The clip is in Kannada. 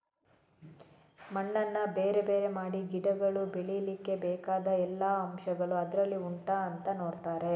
ಮಣ್ಣನ್ನ ಬೇರೆ ಬೇರೆ ಮಾಡಿ ಗಿಡಗಳು ಬೆಳೀಲಿಕ್ಕೆ ಬೇಕಾದ ಎಲ್ಲಾ ಅಂಶಗಳು ಅದ್ರಲ್ಲಿ ಉಂಟಾ ಅಂತ ನೋಡ್ತಾರೆ